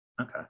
okay